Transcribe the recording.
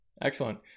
Excellent